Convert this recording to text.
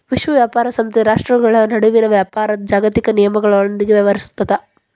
ವಿಶ್ವ ವ್ಯಾಪಾರ ಸಂಸ್ಥೆ ರಾಷ್ಟ್ರ್ಗಳ ನಡುವಿನ ವ್ಯಾಪಾರದ್ ಜಾಗತಿಕ ನಿಯಮಗಳೊಂದಿಗ ವ್ಯವಹರಿಸುತ್ತದ